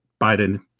Biden